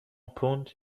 پوند